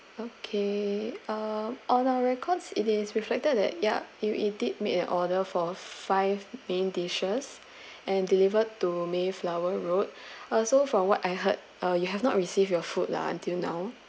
okay uh on our records it is reflected that yeah you it did made an order for five main dishes and delivered to mayflower road so from what I heard uh you have not receive your food lah until now